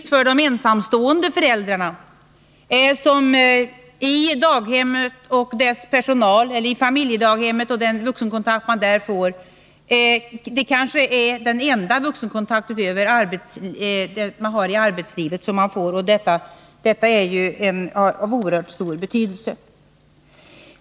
För de ensamstående föräldrarna är daghemmet eller familjedaghemmet kanske den enda vuxenkontakten utöver den man får i arbetslivet, och detta är ju av en oerhört stor betydelse.